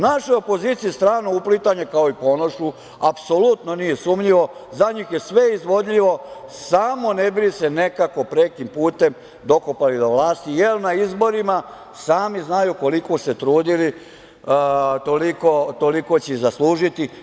Našoj opoziciji strano uplitanje, kao i Ponošu, apsolutno nije sumnjivo, za njih je sve izvodljivo samo ne bi li se nekako, prekim putem, dokopali vlasti, jer na izborima sami znaju koliko se trudili toliko će i zaslužiti.